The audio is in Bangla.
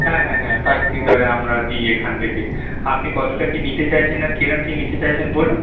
হ্যাঁ হ্যাঁ হ্যাঁ পাইকেরি দরে আমরা দিই এখান থেকে আপনি কতোটা কী নিতে চাইছেন আর কিরম কী নিতে চাইছেন বলুন